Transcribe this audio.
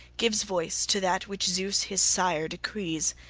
gives voice to that which zeus his sire decrees.